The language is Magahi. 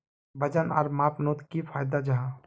वजन आर मापनोत की फायदा जाहा?